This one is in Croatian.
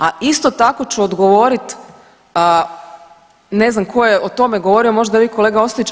A isto tako ću odgovoriti ne znam tko je o tome govorio, možda vi kolega Ostojić.